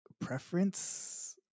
preference